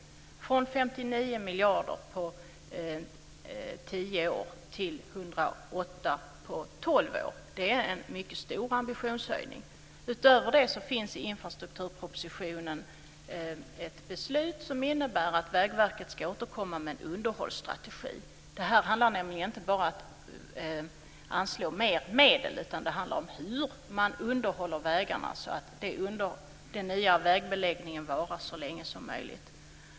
Den är höjd från 59 miljarder på tio år till 108 miljarder på tolv år. Det är en mycket stor ambitionshöjning. Utöver det finns i infrastrukturpropositionen ett förslag som innebär att Vägverket ska återkomma med en underhållsstrategi. Det här handlar nämligen inte bara om att anslå mer medel, utan det handlar om hur man underhåller vägarna så att den nya vägbeläggningen varar så länge som möjligt.